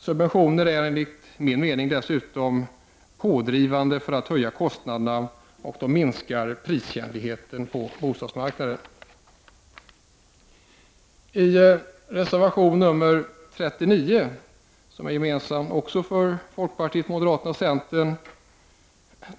Subventionerna är enligt min mening dessutom pådrivande för att höja kostnaderna och minska priskänsligheten på bostadsmarknaden. I reservation 42, som också är gemensam för folkpartiet, moderaterna och centern,